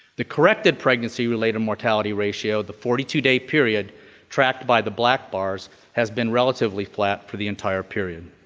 the corrected pregnancy-related mortality ratio, the forty two day period tracked by the black bars has been relatively flat for the entire period.